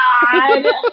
God